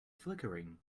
flickering